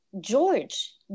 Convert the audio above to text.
George